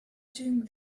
doing